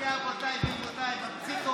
אלוקי אבותיי ואימותיי, ממציא תורה חדשה.